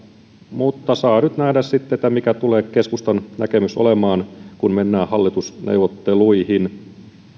mutta saa nyt nähdä sitten mikä tulee keskustan näkemys olemaan kun mennään hallitusneuvotteluihin